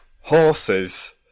Horses